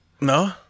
No